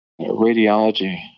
radiology